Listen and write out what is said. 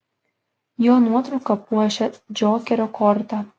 jo nuotrauka puošia džokerio kortą